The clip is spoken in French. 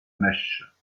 mèche